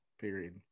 period